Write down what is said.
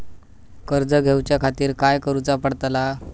कर्ज घेऊच्या खातीर काय करुचा पडतला?